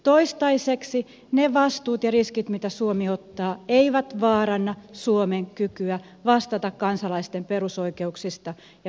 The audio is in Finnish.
toistaiseksi ne vastuut ja riskit mitä suomi ottaa eivät vaaranna suomen kykyä vastata kansalaisten perusoikeuksista ja peruspalveluista